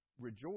rejoice